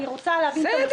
אני רוצה להבין את הנושא הזה.